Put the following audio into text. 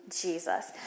Jesus